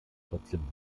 trotzdem